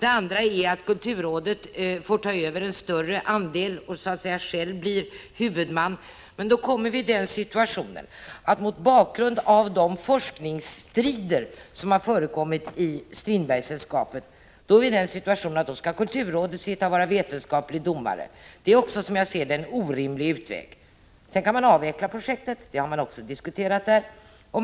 En annan utväg är att kulturrådet får ta över en större del och själv bli huvudman, men mot bakgrund av de forskningsstrider som förekommit i Strindbergssällskapet måste kulturrådet i så fall agera som vetenskaplig domare. Det är som jag ser det en orimlig utväg. Man kan naturligtvis avveckla projektet, och det har man också diskuterat.